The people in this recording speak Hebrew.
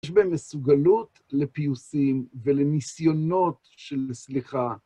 יש בהם מסוגלות לפיוסים ולניסיונות של סליחה.